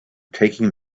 taking